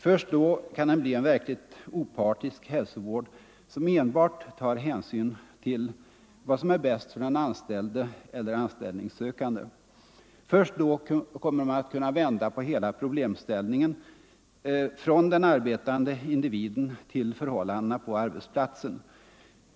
Först då kan den bli en verkligt opartisk hälsovård, som enbart tar hänsyn till vad som är bäst för den anställde eller anställningssökande. Först då kommer man att kunna vända på hela problemställningen, från den arbetande individen till förhållandena på arbetsplatsen.